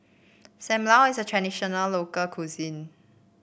Sam Lau is a traditional local cuisine